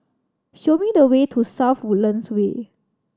show me the way to South Woodlands Way